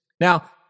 Now